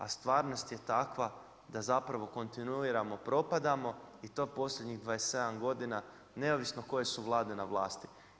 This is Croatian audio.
A stvarnost je takva da zapravo kontinuirano propadamo i to posljednjih 27 godina neovisno koje su Vlade na vlasti.